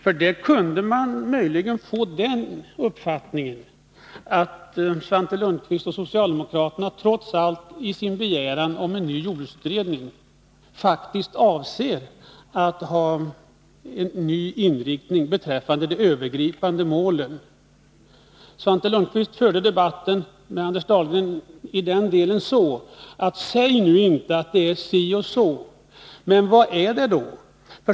Av dessa kunde man möjligen få den uppfattningen att Svante Lundkvist och socialdemokraterna trots allt med sin begäran om en ny jordbruksutredning faktiskt avser att få en ny inriktning av de övergripande målen. Svante Lundkvist förde debatten med Anders Dahlgren i den delen i termer av: ”Säg nu inte att det är si och så!” Men vad är det då?